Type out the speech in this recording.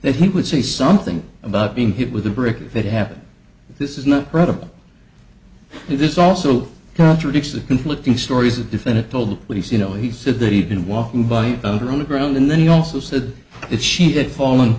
that he would say something about being hit with a brick that happened this is not credible this also contradicts the conflicting stories of defendant told police you know he said that he'd been walking by her on the ground and then he also said that she had fallen